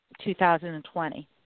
2020